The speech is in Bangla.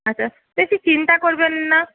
আচ্ছা বেশি চিন্তা করবেন না